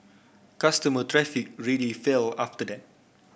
customer traffic really fell after that